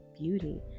beauty